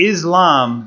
Islam